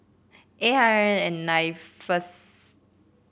eight hundred and nine first